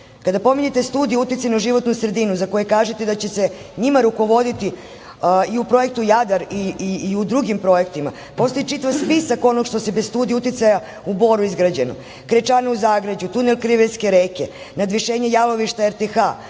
pominjete studije uticaja na životnu sredinu, za koje kažete da će se njima rukovoditi i u projektu Jadar i u drugim projektima, postoji čitav spisak onoga što je bez studije uticaja u Boru izgrađeno – krečana u Zagrađu, tunel Krivajske reke, nadvišenje jalovišta RTH,